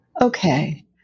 Okay